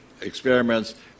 experiments